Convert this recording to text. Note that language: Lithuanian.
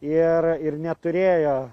ir ir neturėjo